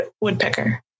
woodpecker